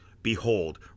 Behold